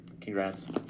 congrats